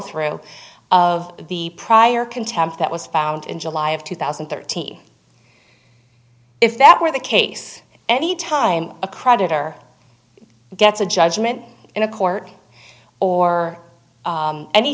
through of the prior contempt that was found in july of two thousand and thirteen if that were the case any time a creditor gets a judgment in a court or